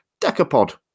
Decapod